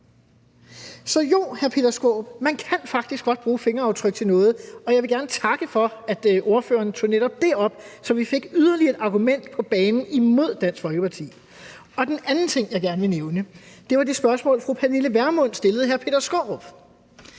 Skaarup, man kan faktisk godt bruge fingeraftryk til noget, og jeg vil gerne takke for, at ordføreren tog netop det op, så vi fik et yderligere argument på banen imod Dansk Folkeparti. Den anden ting, jeg godt vil nævne, er i forbindelse med det spørgsmål, som fru Pernille Vermund stillede hr. Peter Skaarup,